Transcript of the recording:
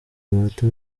amanota